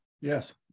Yes